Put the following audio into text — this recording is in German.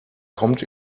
kommt